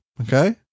Okay